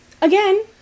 again